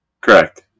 Correct